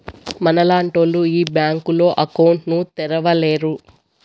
మనలాంటోళ్లు ఈ బ్యాంకులో అకౌంట్ ను తెరవలేరు